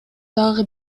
дагы